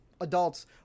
adults